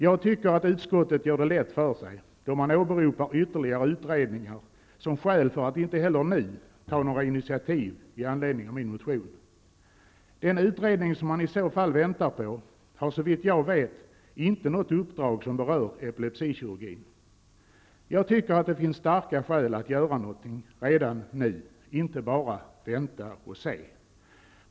Jag tycker att utskottet gör det lätt för sig då man åberopar ytterligare utredningar som skäl för att inte heller nu ta några initiativ med anledning av min motion. Den utredning som man i så fall väntar på har såvitt jag vet inte något uppdrag som berör epilepsikirurgin. Jag tycker att det finns starka skäl att göra något redan nu, inte bara vänta och se.